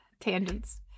tangents